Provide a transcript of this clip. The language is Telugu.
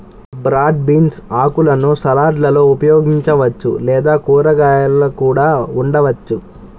బ్రాడ్ బీన్స్ ఆకులను సలాడ్లలో ఉపయోగించవచ్చు లేదా కూరగాయలా కూడా వండవచ్చు